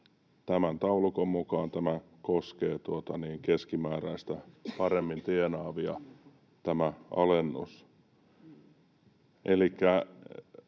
tämän taulukon mukaan tämä alennus koskee keskimääräistä paremmin tienaavia. Elikkä